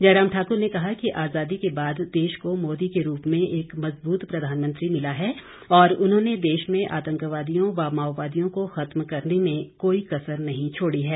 जयराम ठाक्र ने कहा कि आजादी के बाद देश को मोदी के रूप में एक मजबूत प्रधानमंत्री मिला है और उन्होंने देश में आतंकवादियों व माओवादियों को खत्म करने में कोई कसर नहीं छोड़ी है